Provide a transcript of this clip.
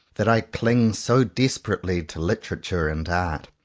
that i cling so desperately to literature and art.